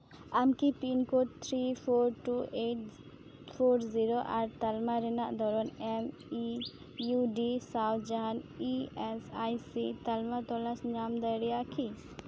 ᱟᱢ ᱠᱤ pin code three four two eight four zero ᱟᱨ ᱛᱟᱞᱢᱟ ᱨᱮᱱᱟᱜ ᱫᱷᱚᱨᱚᱱ ᱮᱢ ᱤ ᱤᱭᱩ ᱰᱤ ᱥᱟᱶ ᱡᱟᱦᱟᱱ ᱤ ᱮᱥ ᱟᱭ ᱥᱤ ᱛᱟᱞᱢᱟ ᱛᱚᱞᱟᱥ ᱧᱟᱢ ᱫᱟᱲᱮᱭᱟᱜᱼᱟ ᱠᱤ